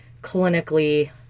clinically